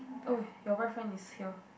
oh your boyfriend is here